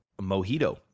mojito